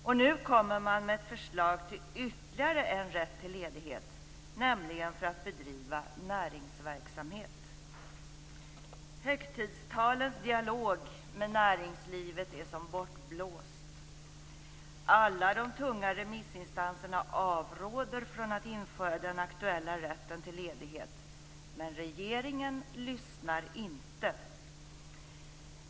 Och nu kommer man med ett förslag till ytterligare en rätt till ledighet, nämligen för att bedriva näringsverksamhet. Högtidstalens dialog med näringslivet är som bortblåst. Alla de tunga remissinstanserna avråder från att införa den aktuella rätten till ledighet, men regeringen lyssnar inte.